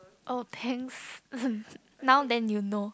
oh thanks now then you know